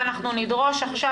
ואנחנו נדרוש עכשיו,